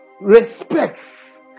respects